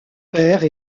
père